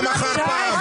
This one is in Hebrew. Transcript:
פעם שלישית.